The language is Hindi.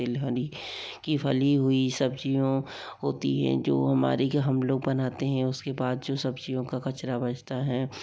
तीलहन की फली हुई सब्ज़ियों होती हैं जो हमारी हमलोग बनाते हैं उसके बाद जो सब्ज़ियों का कचरा बचता है